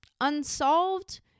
unsolved